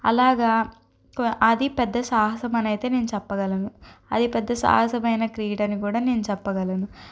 అలాగా అది పెద్ద సాహసం అనైతే నేను చెప్పగలను అది పెద్ద సాహసమైన క్రీడని కూడా నేను చెప్పగలను